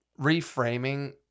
reframing